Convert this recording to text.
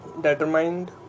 Determined